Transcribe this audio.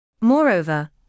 Moreover